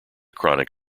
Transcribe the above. chronic